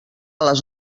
les